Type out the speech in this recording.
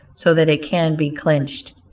so that it can be clinched.